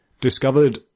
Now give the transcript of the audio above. discovered